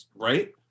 right